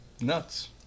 nuts